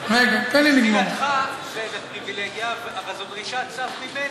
למה לך זאת פריבילגיה, אבל זאת דרישת סף ממני?